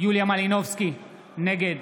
יוליה מלינובסקי, נגד